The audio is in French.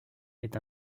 est